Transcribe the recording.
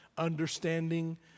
understanding